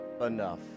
enough